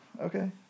okay